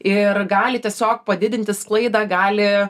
ir gali tiesiog padidinti sklaidą gali